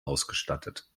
ausgestattet